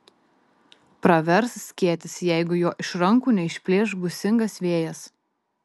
pravers skėtis jeigu jo iš rankų neišplėš gūsingas vėjas